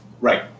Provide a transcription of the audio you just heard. Right